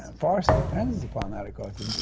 farce depends upon that, of course,